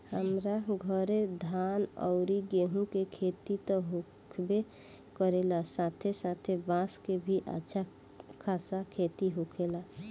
हमरा घरे धान अउरी गेंहू के खेती त होखबे करेला साथे साथे बांस के भी अच्छा खासा खेती होखेला